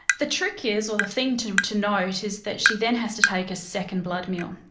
the trick is or the thing to to note is that she then has to take a second blood meal.